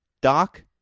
Doc